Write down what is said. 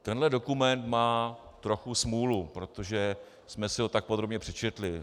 Tenhle dokument má trochu smůlu, protože jsme si ho tak podrobně přečetli.